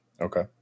Okay